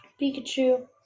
Pikachu